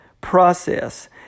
process